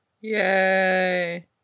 Yay